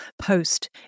post